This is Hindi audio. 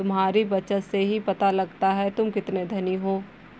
तुम्हारी बचत से ही पता लगता है तुम कितने धनी हो